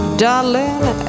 darling